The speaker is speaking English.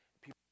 People